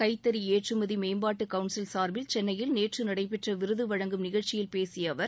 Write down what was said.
கைத்தறி ஏற்றுமதி மேம்பாட்டு கவுன்சில் சார்பில் சென்னையில் நேற்று நடைபெற்ற விருது வழங்கும் நிகழ்ச்சியில் பேசிய அவர்